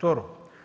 2.